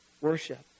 worship